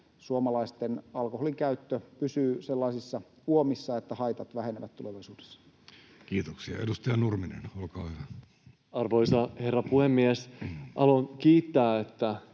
suomalaisten alkoholinkäyttö pysyy sellaisissa uomissa, että haitat vähenevät tulevaisuudessa. Kiitoksia. — Edustaja Nurminen, olkaa hyvä. Arvoisa herra puhemies! Haluan kiittää siitä,